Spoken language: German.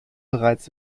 bereits